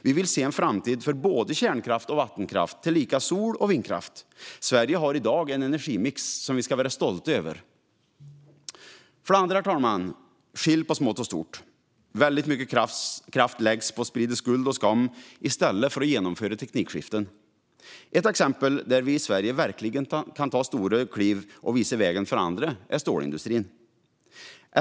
Vi vill se en framtid för både kärnkraft och vattenkraft, tillika sol och vindkraft. Sverige har i dag en energimix som vi ska vara stolta över. För det andra, herr talman, gäller det att skilja på stort och smått. Mycket kraft läggs på att sprida skuld och skam i stället för att genomföra teknikskiften. Ett exempel där vi i Sverige verkligen kan ta stora kliv och visa vägen för andra är stålindustrin.